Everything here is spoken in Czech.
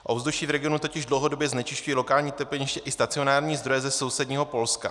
Ovzduší v regionu totiž dlouhodobě znečišťují lokální topeniště i stacionární zdroje ze sousedního Polska.